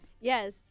Yes